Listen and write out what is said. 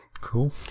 cool